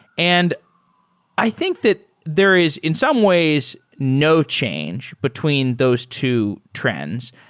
and i think that there is, in some ways, no change between those two trends.